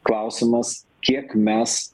klausimas kiek mes